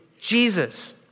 Jesus